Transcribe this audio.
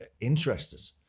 interested